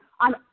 on